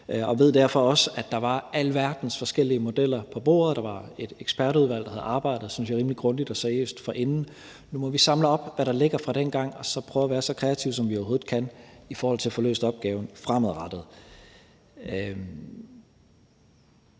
Jeg ved derfor også, at der var alverdens forskellige modeller på bordet, og der var et ekspertudvalg, der havde arbejdet, synes jeg, rimelig grundigt og seriøst forinden. Nu må vi samle op på, hvad der ligger fra dengang og så prøve at være så kreative, som vi overhovedet kan være, i forhold til at få løst opgaven fremadrettet.